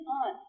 on